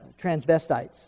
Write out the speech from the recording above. transvestites